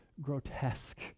grotesque